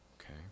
okay